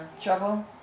trouble